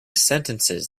sentences